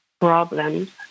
problems